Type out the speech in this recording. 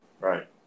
Right